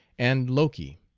and loki.